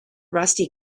rusty